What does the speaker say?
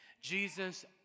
Jesus